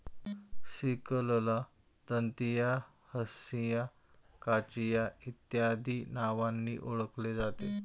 सिकलला दंतिया, हंसिया, काचिया इत्यादी नावांनी ओळखले जाते